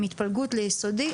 עם התפלגות ליסודי,